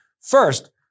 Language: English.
first